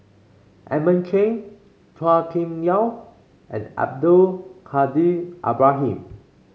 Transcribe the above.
Edmund Chen Chua Kim Yeow and Abdul Kadir Ibrahim